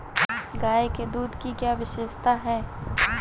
गाय के दूध की क्या विशेषता है?